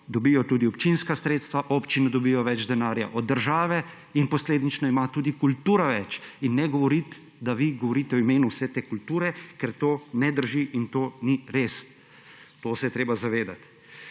dobijo tudi občinska sredstva, občine dobijo več denarja od države in posledično ima tudi kultura več. In ne govoriti, da vi govorite v imenu vse te kulture, ker to ne drži in to ni res. Tega se je treba zavedati